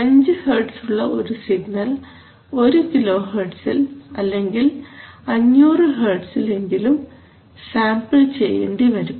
5 hertz ഉള്ള ഒരു signal 1 കിലോഹെർട്ട്സിൽ അല്ലെങ്കിൽ 500 ഹെർട്ട്സിൽ എങ്കിലും സാമ്പിൾ ചെയ്യേണ്ടിവരും